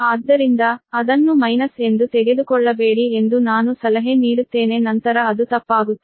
ಆದ್ದರಿಂದ ಅದನ್ನು ಮೈನಸ್ ಎಂದು ತೆಗೆದುಕೊಳ್ಳಬೇಡಿ ಎಂದು ನಾನು ಸಲಹೆ ನೀಡುತ್ತೇನೆ ನಂತರ ಅದು ತಪ್ಪಾಗುತ್ತದೆ